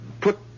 put